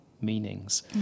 meanings